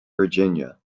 virginia